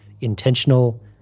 intentional